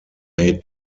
made